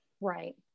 right